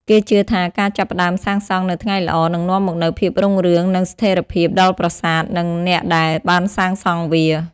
គេជឿថាការចាប់ផ្តើមសាងសង់នៅថ្ងៃល្អនឹងនាំមកនូវភាពរុងរឿងនិងស្ថិរភាពដល់ប្រាសាទ និងអ្នកដែលបានសាងសង់វា។